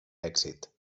èxit